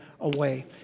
away